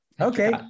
Okay